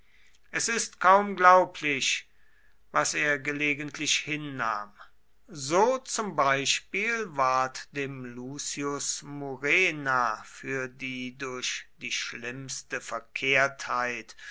es ist kaum glaublich was er gelegentlich hinnahm so zum beispiel ward dem lucius murena für die durch die schlimmste verkehrtheit